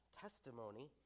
testimony